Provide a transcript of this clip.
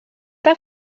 par